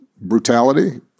brutality